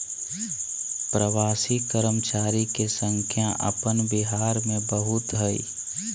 प्रवासी कर्मचारी के संख्या अपन बिहार में बहुत हइ